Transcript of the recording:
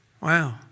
Wow